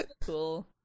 cool